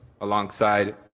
alongside